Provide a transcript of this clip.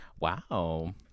Wow